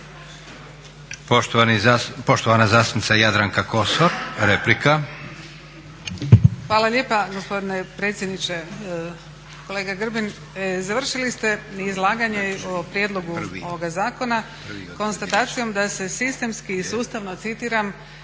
Poštovana zastupnica Jadranka Kosor, replika.